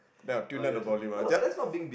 then I will tune down the volume I just